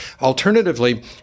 Alternatively